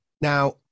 now